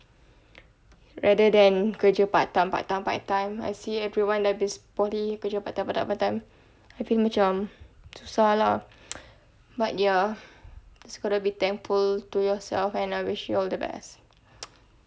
rather than kerja part time part time part time I see everyone like nus~ poly kerja part time part time part time I feel macam susah lah but ya just gotta be thankful to yourself and I wish you all the best